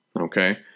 okay